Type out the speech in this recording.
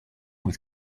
with